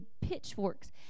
pitchforks